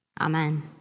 Amen